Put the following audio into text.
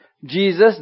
Jesus